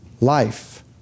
life